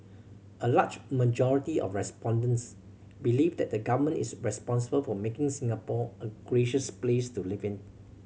a large majority of respondents believe that the Government is responsible for making Singapore a gracious place to live in